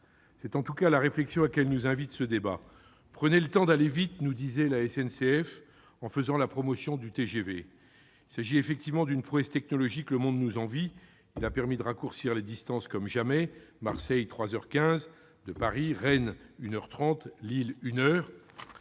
C'est en tout cas la réflexion à laquelle nous invite ce débat. « Prenez le temps d'aller vite », nous disait la SNCF en faisant la promotion du TGV. Il s'agit effectivement d'une prouesse technologique que le monde nous envie. Le TGV a permis de raccourcir les distances comme jamais : Marseille est à trois heures quinze de